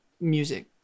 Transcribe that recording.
music